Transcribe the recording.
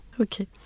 Okay